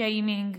שיימינג,